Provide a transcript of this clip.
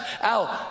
out